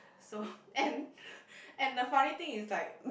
so and and the funny thing is like